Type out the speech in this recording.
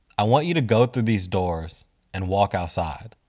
i want you to go through these doors and walk outside.